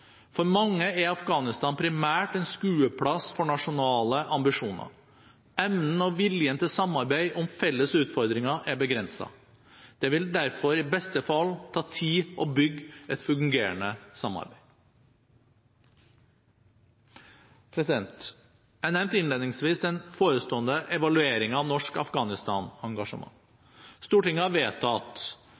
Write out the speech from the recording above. For mange er Afghanistan primært en skueplass for nasjonale ambisjoner. Evnen og viljen til samarbeid om felles utfordringer er begrenset. Det vil derfor i beste fall ta tid å bygge et fungerende samarbeid. Jeg nevnte innledningsvis den forestående evalueringen av norsk Afghanistan-engasjement. Stortinget har vedtatt